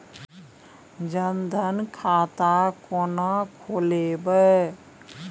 जनधन खाता केना खोलेबे?